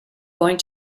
going